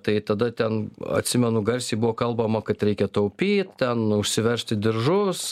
tai tada ten atsimenu garsiai buvo kalbama kad reikia taupyt ten užsivežti diržus